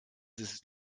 ist